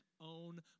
own